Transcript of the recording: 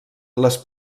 les